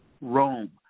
Rome